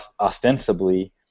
ostensibly